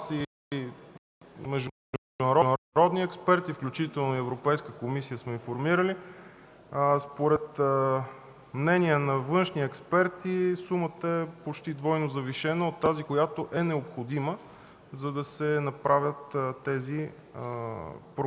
и международни експерти, включително Европейската комисия сме информирали. Според мнението на външни експерти сумата е почти двойно завишена от тази, която е необходима, за да се направят промените